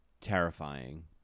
terrifying